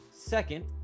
Second